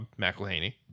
McElhaney